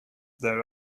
there